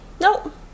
Nope